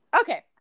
Okay